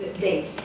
date.